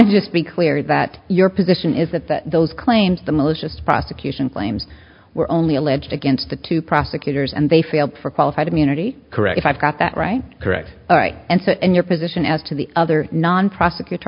to just be clear that your position is that those claims the malicious prosecution claims were only alleged against the two prosecutors and they failed for qualified immunity correct i've got that right correct and your position as to the other non prosecutor